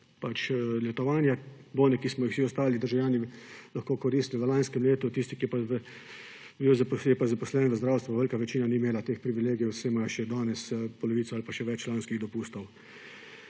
letovanje. Bone, ki smo jih vsi ostali državljani lahko koristili v lanskem letu, tisti, ki pa je zaposlen v zdravstvu, velika večina ni imela teh privilegijev, saj imajo še danes polovico ali več lanskih dopustov.